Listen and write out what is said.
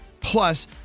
plus